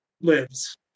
lives